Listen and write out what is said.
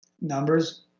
numbers